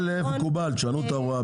מקובל, תשנו את ההוראה.